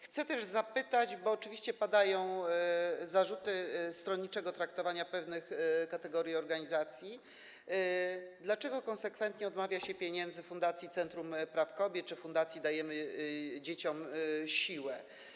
Chcę też zapytać, bo oczywiście padają zarzuty stronniczego traktowania pewnych kategorii organizacji, dlaczego konsekwentnie odmawia się pieniędzy Fundacji Centrum Praw Kobiet czy Fundacji Dajemy Dzieciom Siłę.